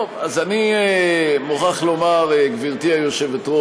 טוב, אז אני מוכרח לומר, גברתי היושבת-ראש,